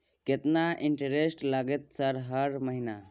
केतना इंटेरेस्ट लगतै सर हर महीना?